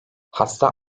hasta